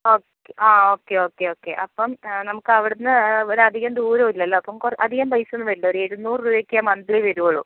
ഓക്ക് ആ okay okay okay അപ്പം നമുക്കവിടുന്ന് ഒരധികം ദൂരം ഇല്ലല്ലോ അപ്പം കൊ അധികം പൈസയൊന്നും വരില്ല ഒരെ എഴുന്നൂറ് രൂപയൊക്കയേ മന്തിലി വരുവൊള്ളൂ